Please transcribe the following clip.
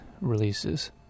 releases